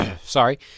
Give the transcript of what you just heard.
sorry